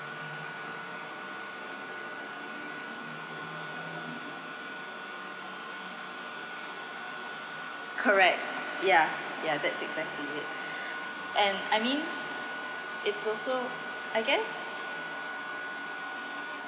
correct ya ya that's exactly it and I mean it's also I guess